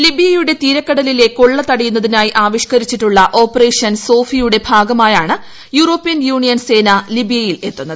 ലിബിയയുടെ തീരക്കടലിലെ കൊള്ള തടയുന്നതിനായി ആവിഷ്ക്കരിച്ചിട്ടുള്ള ഓപ്പറേഷൻ സോഫിയുടെ ഭാഗമായാണ് യൂറോപ്യൻ യൂണിയൻ സേന ലിബിയയിൽ എത്തുന്നത്